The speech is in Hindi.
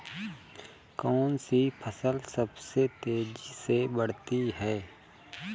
कौनसी फसल सबसे तेज़ी से बढ़ती है?